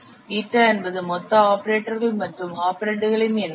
η என்பது மொத்த ஆபரேட்டர்கள் மற்றும் ஆபரெண்டுகளின் எண்ணிக்கை